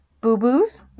boo-boos